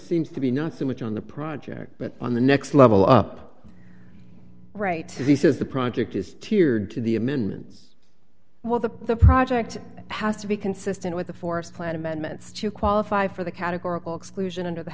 seems to be not so much on the project but on the next level up right he says the project is teared to the amendments well that the project has to be consistent with the forest plan amendments to qualify for the categorical exclusion under the